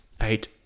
eight